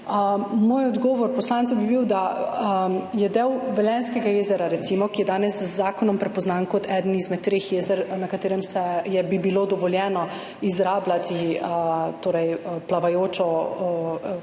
Moj odgovor poslancu bi bil, da je del Velenjskega jezera, recimo, ki je danes z zakonom prepoznan kot eden izmed treh jezer, na katerih bi bilo dovoljeno izrabljati plavajočo